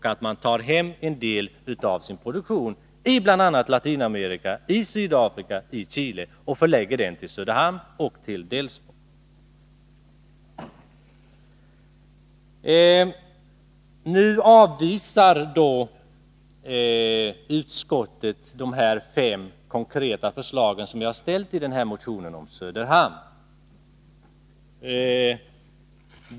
Man bör ta hem en del av sin produktion i bl.a. Latinamerika, Sydafrika och Chile och förlägga den till Söderhamn och Delsbo. Utskottet avvisar de fem konkreta förslag som vi har framställt i vår motion om Söderhamn.